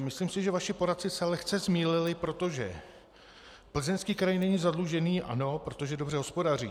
Myslím si, že vaši poradci se lehce zmýlili, protože Plzeňský kraj není zadlužený, ano, protože dobře hospodaří.